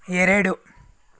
ಎರಡು